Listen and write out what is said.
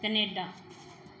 Canada